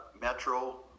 metro